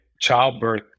childbirth